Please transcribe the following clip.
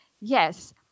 Yes